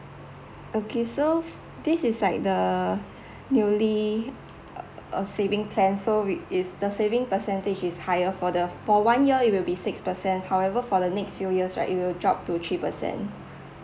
okay so this is like the newly uh saving plan so with it saving percentage is higher for the for one year it will be six percent however for the next few years right it will drop to three percent